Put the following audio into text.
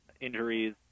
injuries